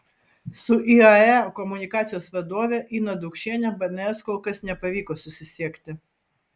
su iae komunikacijos vadove ina daukšiene bns kol kas nepavyko susisiekti